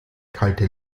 kalte